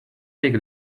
take